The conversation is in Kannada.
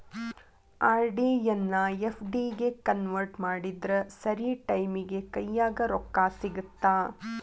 ಆರ್.ಡಿ ಎನ್ನಾ ಎಫ್.ಡಿ ಗೆ ಕನ್ವರ್ಟ್ ಮಾಡಿದ್ರ ಸರಿ ಟೈಮಿಗಿ ಕೈಯ್ಯಾಗ ರೊಕ್ಕಾ ಸಿಗತ್ತಾ